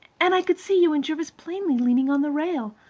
and i could see you and jervis plainly leaning on the rail.